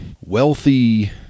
wealthy